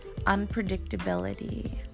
unpredictability